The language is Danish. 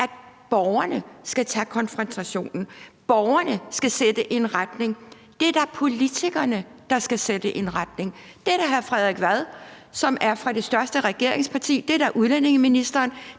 at borgerne skal tage konfrontationen, at borgerne skal sætte en retning. Det er da politikerne, der skal sætte en retning. Det er da hr. Frederik Vad, som er fra det største regeringsparti, det er da udlændingeministeren,